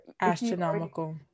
astronomical